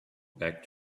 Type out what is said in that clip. back